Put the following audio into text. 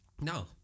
No